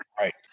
right